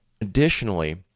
Additionally